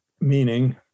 meaning